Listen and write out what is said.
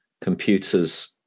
computers